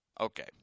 Okay